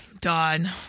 Done